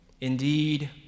Indeed